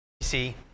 see